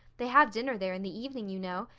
they have dinner there in the evening, you know.